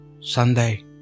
Sunday